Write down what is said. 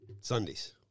Sundays